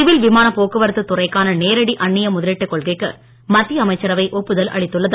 civil விமான போக்குவரத்து துறைக்கான நேரடி அன்னிய முதலீட்டு கொள்கைக்கு மத்திய அமைச்சரவை ஒப்புதல் அளித்துள்ளது